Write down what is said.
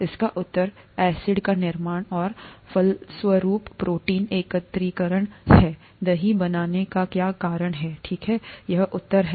इसका उत्तर एसिड का निर्माण और फलस्वरूप प्रोटीन एकत्रीकरण है दही बनाने का क्या कारण है ठीक है यह उत्तर है